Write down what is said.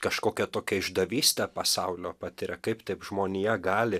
kažkokią tokią išdavystę pasaulio patiria kaip taip žmonija gali